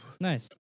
Nice